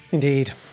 Indeed